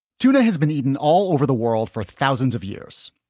tuna has been eaten all over the world for thousands of years.